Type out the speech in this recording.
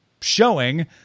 showing